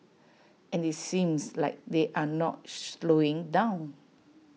and IT seems like they're not slowing down